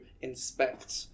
inspect